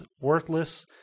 worthless